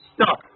Stop